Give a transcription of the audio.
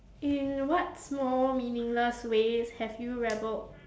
in what small meaningless ways have you rebelled